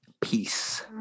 Peace